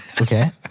okay